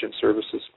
services